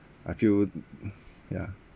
I feel ya